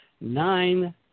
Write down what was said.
nine